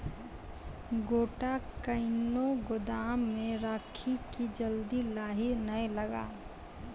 गोटा कैनो गोदाम मे रखी की जल्दी लाही नए लगा?